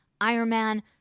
Ironman